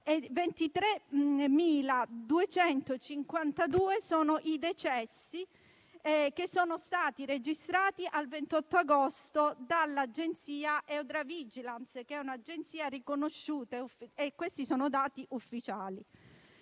23.252 sono i decessi registrati al 28 agosto dall'agenzia EudraVigilance che è un'agenzia riconosciuta e questi sono dati ufficiali.